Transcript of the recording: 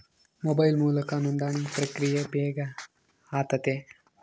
mobile ಮೂಲಕ ನೋಂದಣಿ ಪ್ರಕ್ರಿಯೆ ಬೇಗ ಆತತೆ